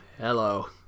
Hello